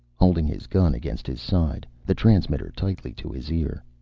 holding his gun against his side, the transmitter tightly to his ear.